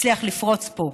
תצליח לפרוץ פה.